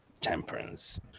Temperance